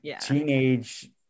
teenage